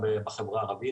בדרכים.